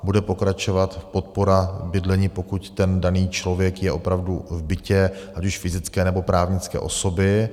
Bude pokračovat podpora bydlení, pokud daný člověk je opravdu v bytě, ať už fyzické, nebo právnické osoby.